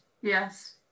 yes